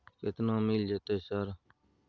केतना मिल जेतै सर?